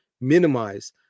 minimize